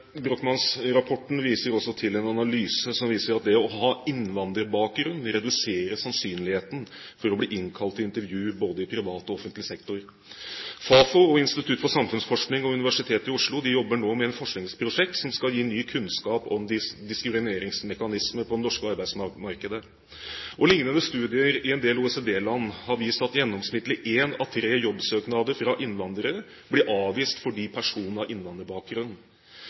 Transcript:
også til en analyse som viser at det å ha innvandrerbakgrunn reduserer sannsynligheten for å bli innkalt til intervju både i privat og i offentlig sektor. Fafo og Institutt for samfunnsforskning og Universitetet i Oslo jobber nå med et forskningsprosjekt som skal gi ny kunnskap om diskrimineringsmekanismer på det norske arbeidsmarkedet. Lignende studier i en del OECD-land har vist at gjennomsnittlig én av tre jobbsøknader fra innvandrere blir avvist fordi personen har innvandrerbakgrunn.